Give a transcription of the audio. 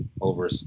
over